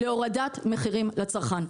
תוביל להורדת מחירים לצרכן.